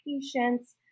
patients